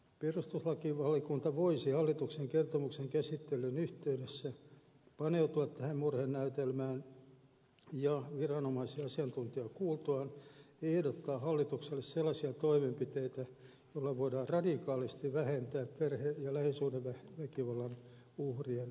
perustuslakivaliokunta voisi hallituksen kertomuksen käsittelyn yhteydessä paneutua tähän murhenäytelmään ja viranomaisia ja asiantuntijoita kuultuaan ehdottaa hallitukselle sellaisia toimenpiteitä joilla voidaan radikaalisti vähentää perhe ja lähisuhdeväkivallan uhrien kärsimyksiä